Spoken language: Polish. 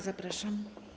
Zapraszam.